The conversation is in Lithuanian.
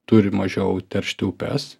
turi mažiau teršti upes